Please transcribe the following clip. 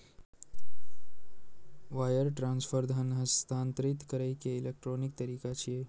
wire transfer धन हस्तांतरित करै के इलेक्ट्रॉनिक तरीका छियै